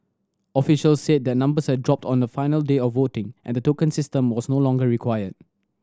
officials said the numbers had dropped on the final day of voting and the token system was no longer required